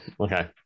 Okay